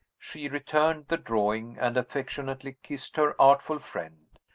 she returned the drawing, and affectionately kissed her artful friend.